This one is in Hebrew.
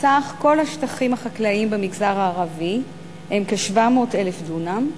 סך כל השטחים החקלאיים במגזר הערבי הוא כ-700,000 דונם.